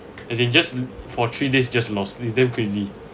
as in just for three days just lost it's damn crazy